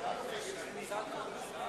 רע"ם-תע"ל חד"ש בל"ד להביע אי-אמון בממשלה